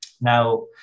now